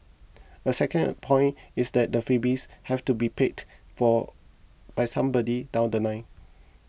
a second point is that the freebies have to be paid for by somebody down The Line